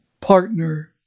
partner